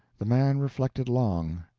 the man reflected long,